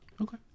okay